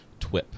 TWIP